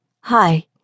Hi